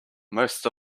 most